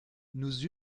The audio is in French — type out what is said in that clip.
nous